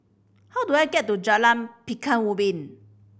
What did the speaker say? how do I get to Jalan Pekan Ubin